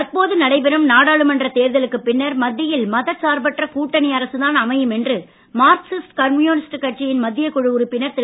தற்போது நடைபெறும் நாடாளுமன்ற தேர்தலுக்கு பின்னர் மத்தியில் மதசார்பற்ற கூட்டணி அரசுதான் அமையும் என்று மார்க்சிஸ்டு கம்யூனிஸ்டு கட்சியின் மத்திய குழு உறுப்பினர் திரு